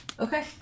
Okay